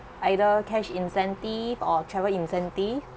either cash incentive or travel incentive